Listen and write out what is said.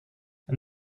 and